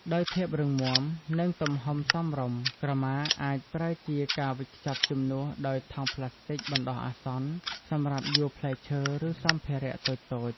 ដោយភាពរឹងមាំ និងទំហំសមរម្យ ក្រមាអាចប្រើជាកាវិចខ្ចប់ជំនួសដោយថង់ផ្លាស្ទិចបណ្តោះអាសន្នសម្រាប់យួរផ្លែឈើ ឬសម្ភារៈតូចៗ។